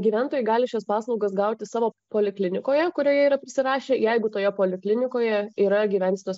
gyventojai gali šias paslaugas gauti savo poliklinikoje kurioje yra prisirašę jeigu toje poliklinikoje yra gyvensenos